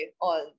on